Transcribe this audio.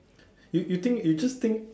you you think you just think